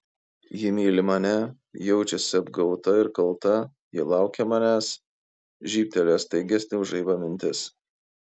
ji myli mane jaučiasi apgauta ir kalta ji laukia manęs žybtelėjo staigesnė už žaibą mintis